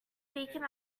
beacon